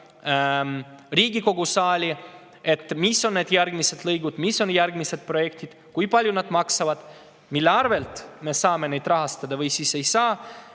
küsimused, mis on järgmised lõigud, mis on järgmised projektid, kui palju need maksavad, mille arvelt me saame neid rahastada või ei saa,